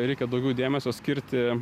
reikia daugiau dėmesio skirti